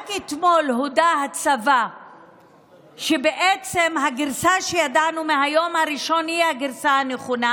רק אתמול הודה הצבא שבעצם הגרסה שידענו מהיום הראשון היא הגרסה הנכונה.